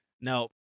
No